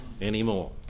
anymore